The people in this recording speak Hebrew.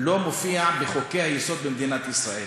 לא מופיע בחוקי-היסוד במדינת ישראל,